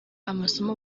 amasomo